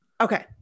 Okay